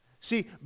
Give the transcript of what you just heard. See